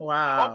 Wow